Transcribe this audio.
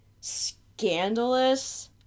scandalous